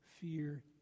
fear